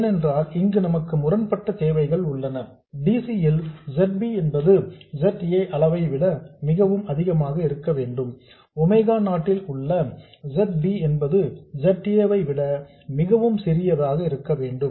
ஏனென்றால் இங்கு நமக்கு முரண்பட்ட தேவைகள் உள்ளன dc ல் Z b என்பது Z a அளவை விட மிகவும் அதிகமாக இருக்க வேண்டும் ஒமேகா நாட் ல் Z b என்பது Z a ஐ விட மிகவும் சிறியதாக இருக்க வேண்டும்